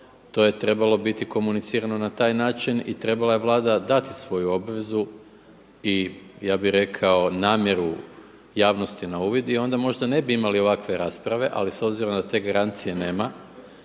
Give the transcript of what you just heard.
to je trebalo biti komunicirano na taj način i trebala je Vlada dati svoju obvezu i namjeru javnosti na uvid i onda možda ne bi imali ovakve rasprave. Ali s obzirom da te garancije nema